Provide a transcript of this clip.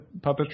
puppetry